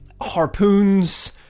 harpoons